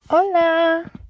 Hola